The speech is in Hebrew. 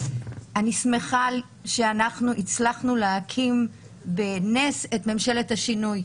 אני שמחה שאנחנו הצלחנו להקים בנס את ממשלת השינוי,